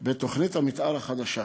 בתוכנית המתאר החדשה.